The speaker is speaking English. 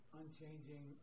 unchanging